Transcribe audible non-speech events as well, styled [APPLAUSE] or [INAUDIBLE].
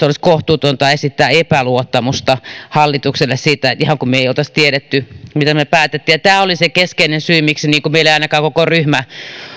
[UNINTELLIGIBLE] olisi kohtuutonta esittää epäluottamusta hallitukselle siitä että ihan kuin me emme olisi tienneet mitä me päätimme tämä oli se keskeinen syy miksi meillä ei ainakaan koko ryhmä